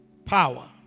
Power